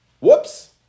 Whoops